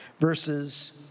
verses